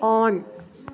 on